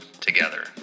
together